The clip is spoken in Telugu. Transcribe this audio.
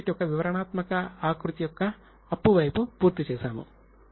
బ్యాలెన్స్ షీట్ యొక్క వివరణాత్మక ఆకృతి యొక్క అప్పు వైపు పూర్తి చేసాము